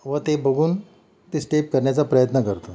व ते बघून ते स्टेप करण्याचा प्रयत्न करतो